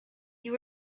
you